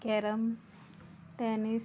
carrom tennis